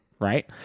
right